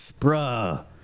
bruh